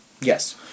Yes